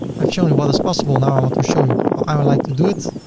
i've shown you what is possible now i want to show you how i would like to do it.